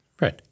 Right